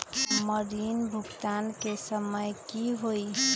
हमर ऋण भुगतान के समय कि होई?